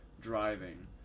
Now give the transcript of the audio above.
driving